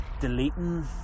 deleting